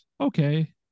Okay